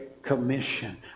Commission